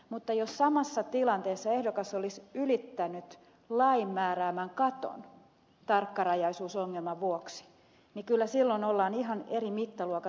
mutta jos samassa tilanteessa ehdokas olisi ylittänyt lain määräämän katon tarkkarajaisuusongelman vuoksi niin kyllä silloin ollaan ihan eri mittaluokan ongelmassa